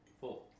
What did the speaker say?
Four